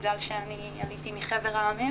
בגלל שעליתי מחבר העמים,